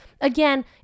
again